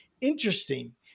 Interesting